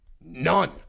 None